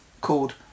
called